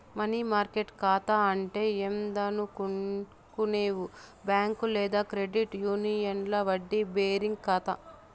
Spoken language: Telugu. మనీ మార్కెట్ కాతా అంటే ఏందనుకునేవు బ్యాంక్ లేదా క్రెడిట్ యూనియన్ల వడ్డీ బేరింగ్ కాతా